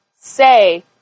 say